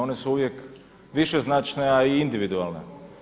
One su uvijek višeznačne, a i individualne.